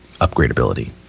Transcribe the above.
upgradability